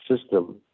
system